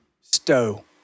Stowe